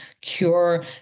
cure